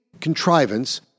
contrivance